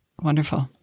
Wonderful